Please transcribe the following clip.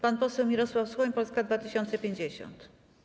Pan poseł Mirosław Suchoń, Polska 2050.